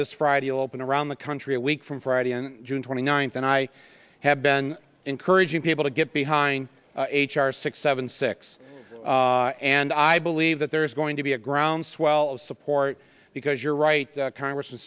this friday open around the country a week from friday and june twenty ninth and i have been encouraging people to get behind h r six seven six and i believe that there is going to be a groundswell of support because you're right congressman